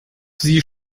sie